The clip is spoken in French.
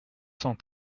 cent